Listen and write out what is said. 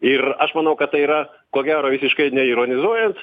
ir aš manau kad tai yra ko gero visiškai ne ironizuojant